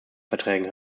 verträgen